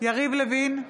יריב לוין,